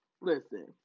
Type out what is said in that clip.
Listen